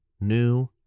new